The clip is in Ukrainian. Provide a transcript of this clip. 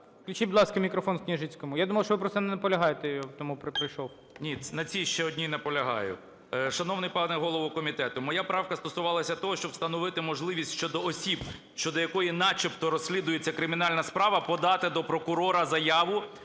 Включіть, будь ласка, мікрофон Княжицькому. Я думав, що ви просто не наполягаєте, тому пройшов. 13:18:40 КНЯЖИЦЬКИЙ М.Л. Ні, на цій ще одній наполягаю. Шановний пане голово комітету, моя правка стосувалася того, щоб встановити можливість щодо осіб, щодо якої начебто розслідується кримінальна справа, подати до прокурора заяву